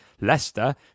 Leicester